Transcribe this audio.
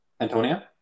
Antonia